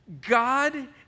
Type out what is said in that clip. God